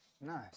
nice